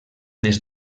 des